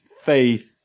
faith